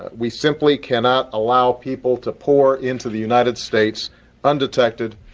we simply cannot allow people to pour into the united states undetected,